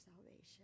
salvation